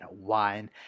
wine